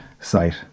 site